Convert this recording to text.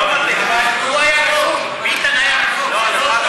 ביטן היה רשום.